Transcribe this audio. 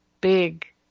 big